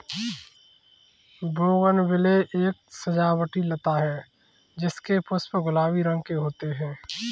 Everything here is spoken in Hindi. बोगनविले एक सजावटी लता है जिसके पुष्प गुलाबी रंग के होते है